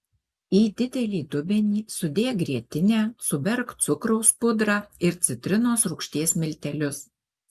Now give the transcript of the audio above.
į didelį dubenį sudėk grietinę suberk cukraus pudrą ir citrinos rūgšties miltelius